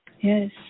Yes